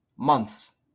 months